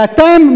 ואתם,